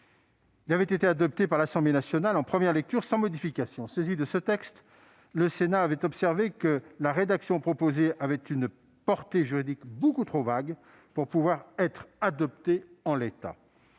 Il avait été adopté par l'Assemblée nationale en première lecture, sans modification. Saisi de ce texte, le Sénat avait observé que la rédaction proposée avait une portée juridique beaucoup trop vague pour pouvoir être adoptée en l'état.